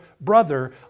brother